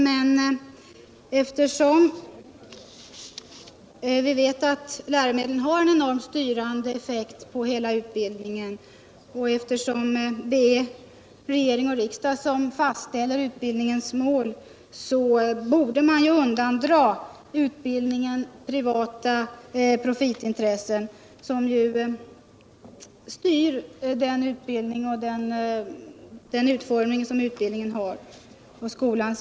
Men eftersom läromedlen har en styrande effekt på utbildningen och eftersom det är regering och riksdag som fastställer utbildningens mål borde man hindra privata profitintressen att styra den utformning som utbildningen får.